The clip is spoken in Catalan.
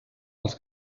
als